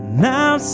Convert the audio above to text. now